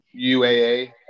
UAA